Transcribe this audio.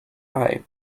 eye